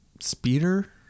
speeder